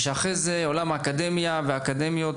ואחרי זה עולם האקדמיה והאקדמיות